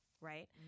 Right